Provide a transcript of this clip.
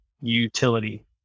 utility